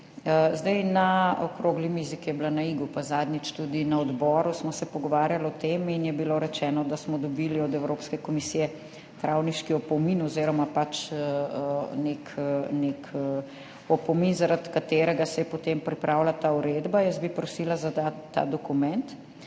Na okrogli mizi, ki je bila na Igu, pa tudi zadnjič na odboru, smo se pogovarjali o tem in je bilo rečeno, da smo dobili od Evropske komisije travniški opomin oziroma pač nek opomin, zaradi katerega se je potem pripravila ta uredba – jaz bi prosila za ta dokument